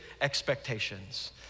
expectations